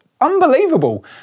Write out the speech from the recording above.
unbelievable